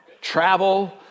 travel